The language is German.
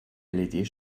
led